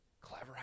Clever